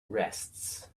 rests